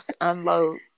unload